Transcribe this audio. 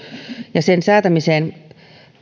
ja sen säätämiseen myös